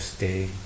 Stay